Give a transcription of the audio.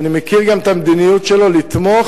ואני מכיר גם את המדיניות שלו לתמוך